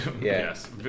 Yes